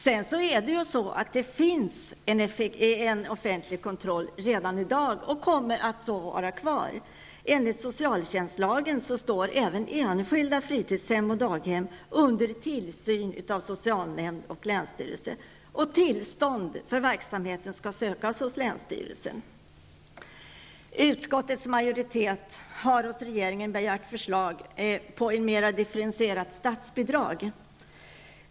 Sedan finns det ju en offentlig kontroll redan i dag, och den kommer att vara kvar. Enligt socialtjänstlagen står även enskilda fritidshem och daghem under tillsyn av socialnämnd och länsstyrelse, och tillstånd för verksamheten skall sökas hos länsstyrelsen. Utskottets majoritet vill att riksdagen hos regeringen skall begära förslag till ett mera differentierat statsbidrag.